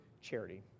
charity